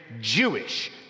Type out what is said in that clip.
Jewish